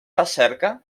recerca